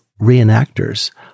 reenactors